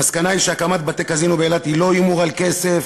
המסקנה היא שהקמת בתי-קזינו באילת היא לא הימור על כסף.